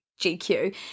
GQ